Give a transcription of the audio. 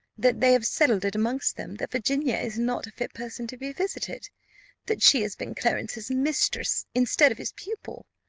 that they have settled it amongst them that virginia is not a fit person to be visited that she has been clarence's mistress instead of his pupil.